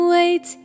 Wait